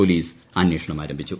police അന്വേഷണം ആരംഭിച്ചു